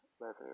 leather